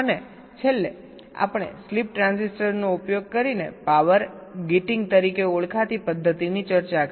અને છેલ્લે આપણે સ્લીપ ટ્રાન્ઝિસ્ટરનો ઉપયોગ કરીને પાવર ગેટિંગ તરીકે ઓળખાતી પદ્ધતિની ચર્ચા કરી